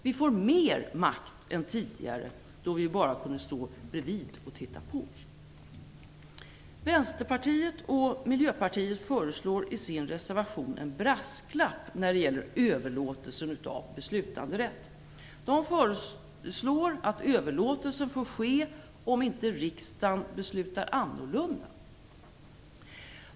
Vi får mer makt än tidigare, då vi bara kunde stå bredvid och se på. Vänsterpartiet och Miljöpartiet föreslår i sin reservation en brasklapp när det gäller överlåtelsen av beslutanderätt. De föreslår att överlåtelsen får ske "om inte riksdagen beslutar annorlunda".